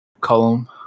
column